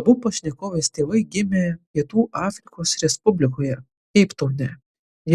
abu pašnekovės tėvai gimė pietų afrikos respublikoje keiptaune